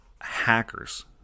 hackers